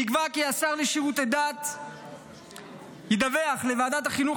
נקבע כי השר לשירותי דת ידווח לוועדת החינוך,